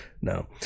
no